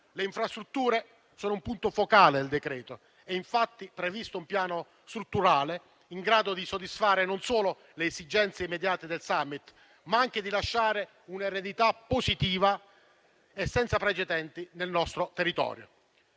Le infrastrutture sono un punto focale del decreto: è infatti previsto un piano strutturale in grado non solo di soddisfare le esigenze immediate del *summit*, ma anche di lasciare un'eredità positiva e senza precedenti nel nostro territorio.